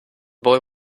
boy